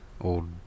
Old